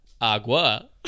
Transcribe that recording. Agua